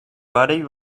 body